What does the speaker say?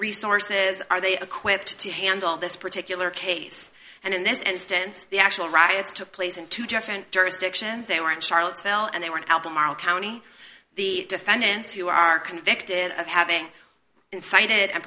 resources are they equipped to handle this particular case and in this instance the actual riots took place in two different jurisdictions they were in charlottesville and they were in albemarle county the defendants who are convicted of having incited and